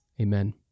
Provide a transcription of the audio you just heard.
Amen